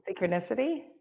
Synchronicity